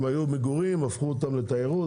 הם היו מגורים, הפכו אותם לתיירות.